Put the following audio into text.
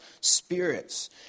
spirits